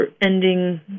ending